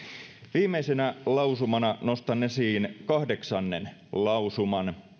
viimeisenä lausumana nostan esiin kahdeksannen lausuman